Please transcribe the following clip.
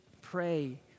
Pray